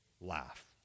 laugh